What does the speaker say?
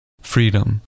freedom